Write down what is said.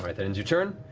like that ends your turn.